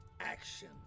action